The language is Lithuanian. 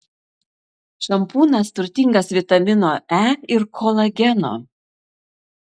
šampūnas turtingas vitamino e ir kolageno